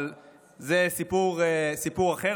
אבל זה סיפור אחר,